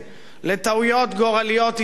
לטעויות גורליות היסטוריות,